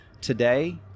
today